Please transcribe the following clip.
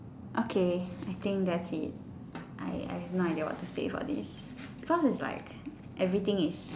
okay I think that's it I I have no idea what to say for this cause it's like everything is